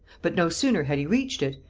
but no sooner had he reached it,